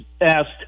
asked